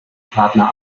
partner